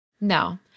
No